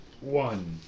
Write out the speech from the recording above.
One